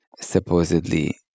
supposedly